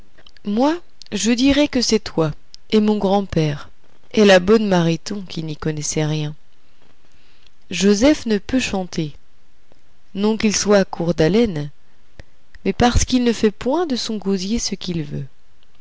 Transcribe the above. moi je dirai que c'est toi et mon grand-père et la bonne mariton qui n'y connaissez rien joseph ne peut chanter non qu'il soit court d'haleine mais parce qu'il ne fait point de son gosier ce qu'il veut